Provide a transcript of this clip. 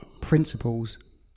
principles